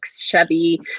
Chevy